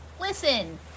Listen